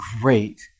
great